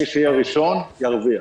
מי שיהיה ראשון ירוויח.